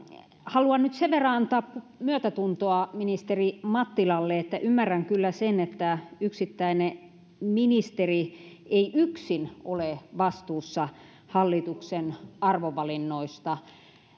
haluan nyt sen verran antaa myötätuntoa ministeri mattilalle että ymmärrän kyllä sen että yksittäinen ministeri ei yksin ole vastuussa hallituksen arvovalinnoista